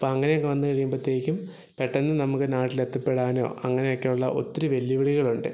അപ്പോൾ അങ്ങനെയൊക്കെ വന്ന് കഴിയുമ്പത്തേക്കും പെട്ടെന്ന് നമുക്ക് നാട്ടിൽ എത്തിപ്പെടാനോ അങ്ങനെ ഒക്കെ ഉള്ള ഒത്തിരി വെല്ലുവിളികളുണ്ട്